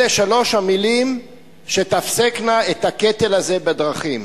אלה שלוש המלים שתפסקנה את הקטל הזה בדרכים.